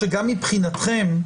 שגם מבחינתכם,